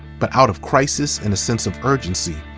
but out of crisis, and a sense of urgency,